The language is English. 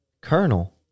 Colonel